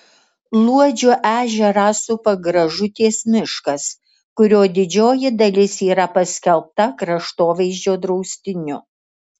luodžio ežerą supa gražutės miškas kurio didžioji dalis yra paskelbta kraštovaizdžio draustiniu